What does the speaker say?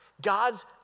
God's